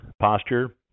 posture